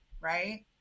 right